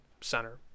center